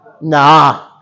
Nah